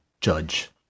judge